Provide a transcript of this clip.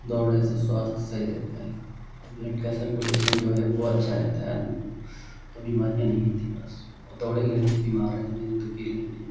दौड़ने से स्वास्थ्य सही रहता है ब्लड का सर्कुलेशन जो है वह अच्छा रहता है आदमी काे तो बीमारियाँ नहीं आती बस औ दौड़ेंगे नहीं तो बीमार रहेंगे दुखी रहेंगे